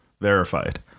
verified